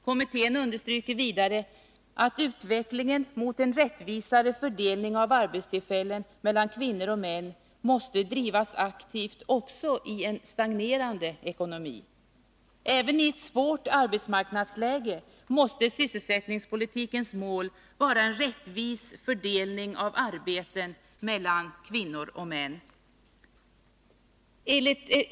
Kommittén understryker vidare att utvecklingen mot en rättvisare fördelning av arbetstillfällen mellan kvinnor och män måste drivas aktivt också i en stagnerande ekonomi. Även i ett svårt arbetsmarknadsläge måste sysselsättningspolitikens mål vara en rättvis fördelning av arbete mellan kvinnor och män.